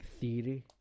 theory